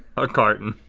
a carton.